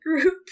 group